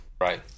Right